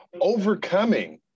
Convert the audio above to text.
Overcoming